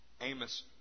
Amos